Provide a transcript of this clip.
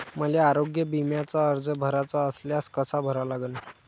मले आरोग्य बिम्याचा अर्ज भराचा असल्यास कसा भरा लागन?